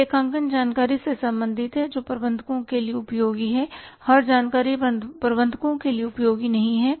यह लेखांकन जानकारी से संबंधित है जो प्रबंधकों के लिए उपयोगी है हर जानकारी प्रबंधकों के लिए उपयोगी नहीं है